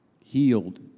healed